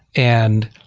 and